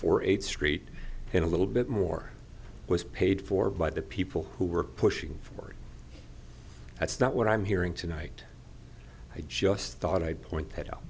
for eight straight and a little bit more was paid for by the people who were pushing for it that's not what i'm hearing tonight i just thought i'd point